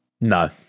No